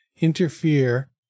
interfere